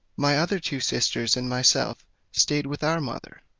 my other two sisters and myself stayed with our mother,